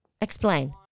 Explain